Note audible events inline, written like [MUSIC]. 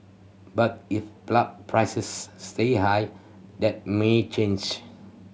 but if [UNINTELLIGIBLE] prices stay high that may change